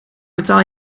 betaal